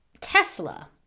Tesla